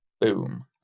Boom